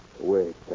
Wait